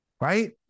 Right